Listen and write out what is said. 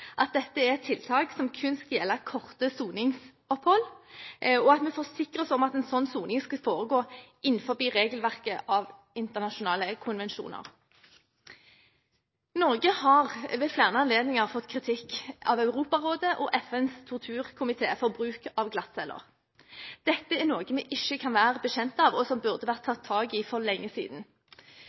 at dette er et tiltak som kun skal gjelde korte soningsopphold, og at vi forsikrer oss om at dette skal foregå innenfor regelverket av internasjonale konvensjoner. Norge har ved flere anledninger fått kritikk av Europarådet og FNs torturkomité for bruk av glattceller. Dette er noe vi ikke kan være bekjent av, og som det burde vært tatt tak i for lenge siden.